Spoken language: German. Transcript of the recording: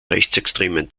rechtsextremen